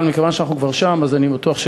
אבל מכיוון שאנחנו כבר שם אז אני בטוח,